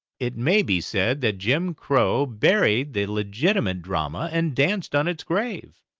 it may be said that jim crow buried the legitimate drama and danced on its grave.